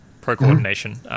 pro-coordination